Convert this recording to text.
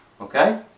Okay